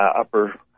upper